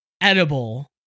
edible